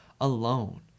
alone